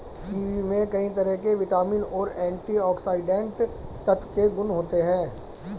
kiwi में कई तरह के विटामिन और एंटीऑक्सीडेंट तत्व के गुण होते है